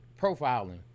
profiling